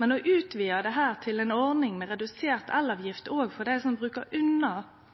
Men å utvide dette til ei ordning med redusert elavgift også for dei som